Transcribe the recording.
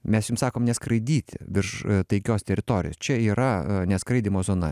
mes jum sakom neskraidyti virš taikios teritorijos čia yra neskraidymo zona